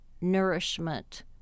nourishment